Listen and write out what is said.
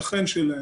שכן שלהם.